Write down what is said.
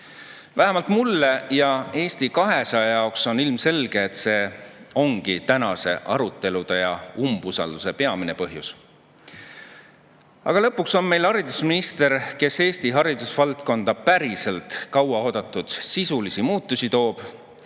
Vähemalt mulle ja kogu Eesti 200-le on ilmselge, et see ongi tänase arutelu ja umbusaldusavalduse peamine põhjus. Aga lõpuks on meil haridusminister, kes Eesti haridusvaldkonda kauaoodatud sisulisi muutusi